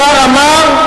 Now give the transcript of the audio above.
השר אמר,